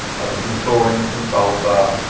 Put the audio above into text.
of some chlorine, some sulfur,